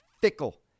fickle